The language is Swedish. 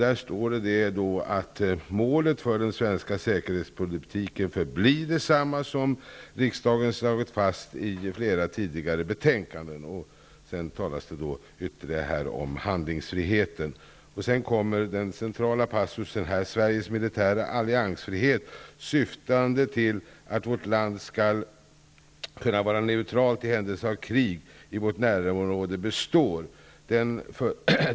Man skriver där: ''Målet för den svenska säkerhetspolitiken förblir detsamma som riksdagen slagit fast i flera tidigare betänkanden'', och man talar sedan ytterligare om handlingsfriheten. Därefter kommer den centrala passusen: ''Sveriges militära alliansfrihet syftande till att vårt land skall kunna vara neutralt i händelse av krig i vårt närområde består.